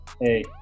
Hey